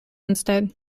instead